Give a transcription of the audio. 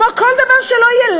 כמו כל דבר שלא יהיה?